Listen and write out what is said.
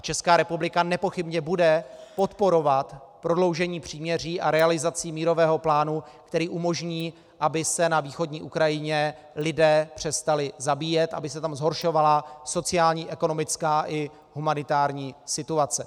Česká republika nepochybně bude podporovat prodloužení příměří a realizaci mírového plánu, který umožní, aby se na východní Ukrajině lidé přestali zabíjet, aby se tam nezhoršovala sociální, ekonomická i humanitární situace.